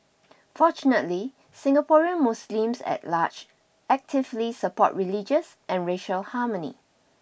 fortunately Singaporean Muslims at large actively support religious and racial harmony